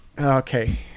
okay